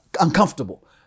uncomfortable